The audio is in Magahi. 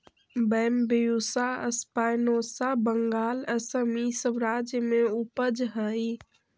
बैम्ब्यूसा स्पायनोसा बंगाल, असम इ सब राज्य में उपजऽ हई